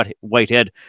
Whitehead